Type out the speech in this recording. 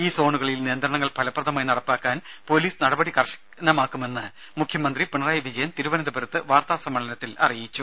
ഈ സോണുകളിൽ നിയന്ത്രണങ്ങൾ ഫലപ്രദമായി നടപ്പാക്കാൻ പൊലിസ് നടപടി കർശനമാക്കുമെന്ന് മുഖ്യമന്ത്രി പിണറായി വിജയൻ തിരുവനന്തപുരത്ത് വാർത്താ സമ്മേളനത്തിൽ അറിയിച്ചു